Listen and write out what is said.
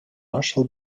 marshall